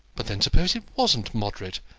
but then, suppose it wasn't moderate.